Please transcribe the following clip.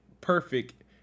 perfect